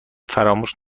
فراموش